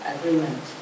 Agreement